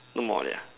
no more already ah